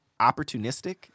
opportunistic